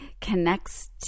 connects